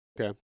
Okay